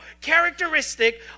characteristic